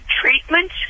Treatment